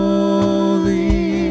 Holy